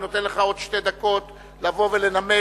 אני נותן לך עוד שתי דקות לבוא ולנמק,